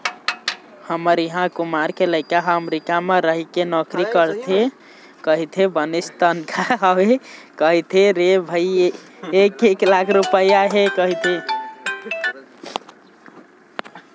हमर इहाँ कुमार के लइका ह अमरीका म रहिके नौकरी करथे कहिथे बनेच तनखा हवय कहिथे रे भई एक एक लाख रुपइया हे कहिथे